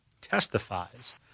testifies